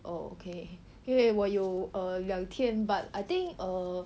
oh okay 因为我有 err 两天 but I think err